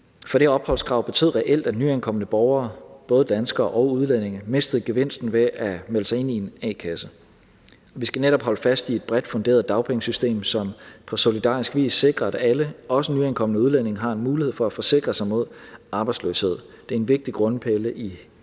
for det opholdskrav betød reelt, at nyankomne borgere, både danskere og udlændinge, mistede gevinsten ved at melde sig ind i en a-kasse. Vi skal netop holde fast i et bredt funderet dagpengesystem, som på solidarisk vist sikrer, at alle, også nyankomne udlændinge, har en mulighed for at forsikre sig mod arbejdsløshed. Det er en vigtig grundpille i hele det